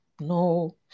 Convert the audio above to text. No